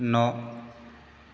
न'